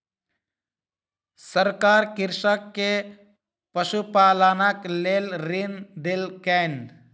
सरकार कृषक के पशुपालनक लेल ऋण देलकैन